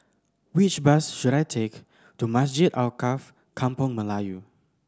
which bus should I take to Masjid Alkaff Kampung Melayu